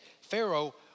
Pharaoh